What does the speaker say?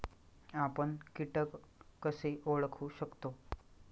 आपण कीटक कसे ओळखू शकतो?